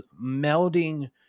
melding